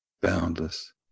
boundless